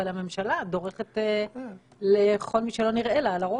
אבל הממשלה דורכת לכל מי שנראה לה על הראש.